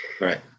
Right